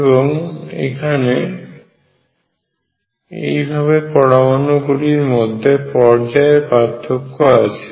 এবং এখানে এইভাবে পরমাণু গুলির মধ্যে পর্যায়ের পার্থক্য আছে